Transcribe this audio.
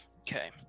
Okay